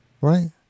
right